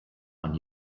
man